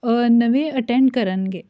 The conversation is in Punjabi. ਨਵੇਂ ਅਟੈਂਡ ਕਰਨਗੇ